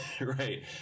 right